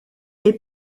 est